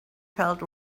felt